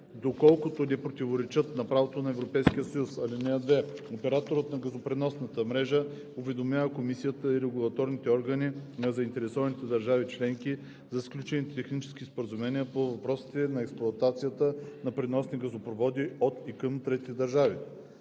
доколкото не противоречат на правото на Европейския съюз. (2) Операторът на газопреносната мрежа уведомява комисията и регулаторните органи на заинтересованите държави членки за сключените технически споразумения по въпросите на експлоатацията на преносни газопроводи от и към трети държави.